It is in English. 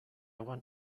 want